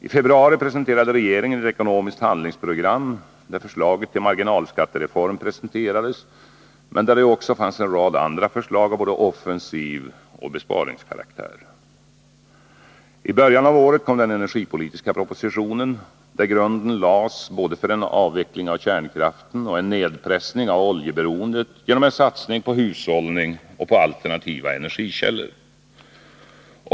I februari presenterade regeringen ett ekonomiskt handlingsprogram, där förslaget till marginalskattereform presenterades, men där det också fanns en rad andra förslag av både offensiv natur och besparingskaraktär. I början av året kom den energipolitiska propositionen, där grunden lades både för en avveckling av kärnkraften och för en nedpressning av oljeberoendet genom en satsning på hushållning och alternativa energikällor.